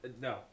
no